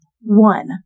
one